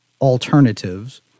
alternatives